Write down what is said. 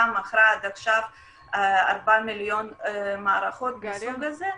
מכרה עד עכשיו 4 מיליון מערכות מסוג זה.